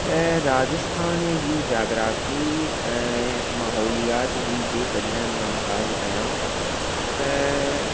त राजस्थान जी जाग्राफी ऐं माहोलियात जी जे कॾहिं मां ॻाल्हि कयां त